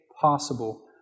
possible